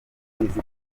urabizi